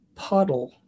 puddle